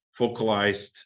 focalized